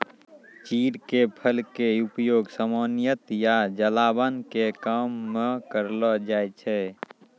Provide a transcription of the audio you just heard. चीड़ के फल के उपयोग सामान्यतया जलावन के काम मॅ करलो जाय छै